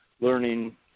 learning